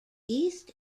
east